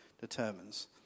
determines